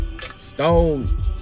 Stone